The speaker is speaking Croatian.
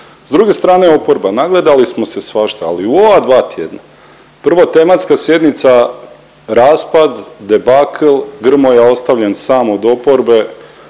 S druge strane oporba, nagledali smo se svašta, ali u ova dva tjedna prvo tematska sjednica raspad, debakl, Grmoja ostavljen sam od oporbe